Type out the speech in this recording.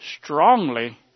strongly